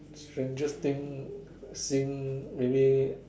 strangest thing seem maybe